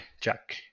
Jack